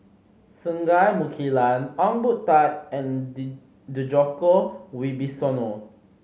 Singai Mukilan Ong Boon Tat and Djoko Wibisono